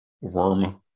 worm